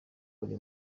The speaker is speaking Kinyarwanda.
buri